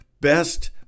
best